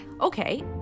Okay